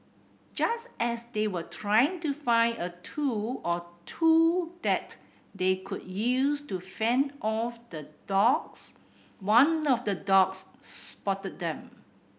just as they were trying to find a tool or two that they could use to fend off the dogs one of the dogs spotted them